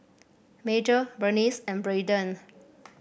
Major Berniece and Brayden